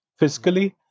Fiscally